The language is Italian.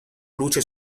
luce